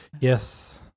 Yes